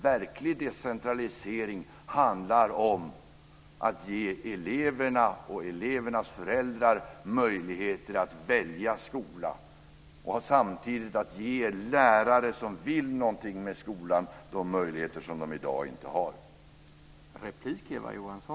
Verklig decentralisering handlar om att ge eleverna och elevernas föräldrar möjlighet att välja skola och om att samtidigt ge lärare som vill något med skolan de möjligheter som dessa lärare i dag inte har.